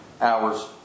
hours